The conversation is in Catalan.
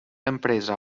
empresa